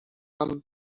fam